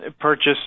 purchased